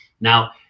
Now